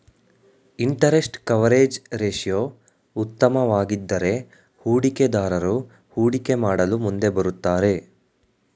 interest coverage ratio ಉತ್ತಮವಾಗಿದ್ದರೆ ಹೂಡಿಕೆದಾರರು ಹೂಡಿಕೆ ಮಾಡಲು ಮುಂದೆ ಬರುತ್ತಾರೆ